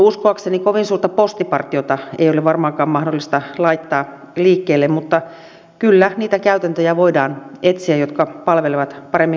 uskoakseni kovin suurta postipartiota ei ole varmaankaan mahdollista laittaa liikkeelle mutta kyllä voidaan etsiä niitä käytäntöjä jotka palvelevat paremmin kansalaisia